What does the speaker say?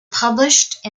published